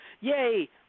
yay